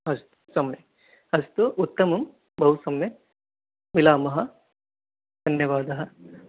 अस्तु सम्यक् अस्तु उत्तमम् बहुसम्यक् मिलामः धन्यवादः